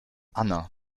anna